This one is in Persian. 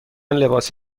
لباس